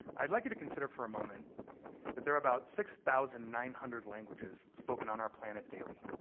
i'd like you to consider for a moment that there are about six thousand nine hundred languages spoken on our planet daily,